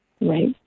right